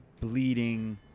bleeding